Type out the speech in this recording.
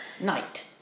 Night